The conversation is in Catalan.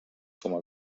coma